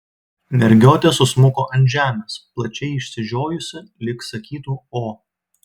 mergiotė susmuko ant žemės plačiai išsižiojusi lyg sakytų o